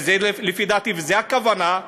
ולפי דעתי זו הכוונה,